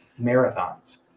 marathons